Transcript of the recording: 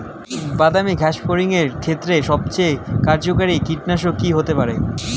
বাদামী গাছফড়িঙের ক্ষেত্রে সবথেকে কার্যকরী কীটনাশক কি হতে পারে?